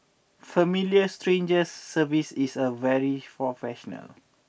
Familiar Strangers service is a very professional